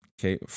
Okay